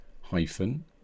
hyphen